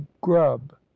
grub